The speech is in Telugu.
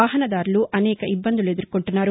వాహనదారులు అనేక ఇబ్బందులు ఎదుర్శొన్నారు